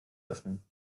öffnen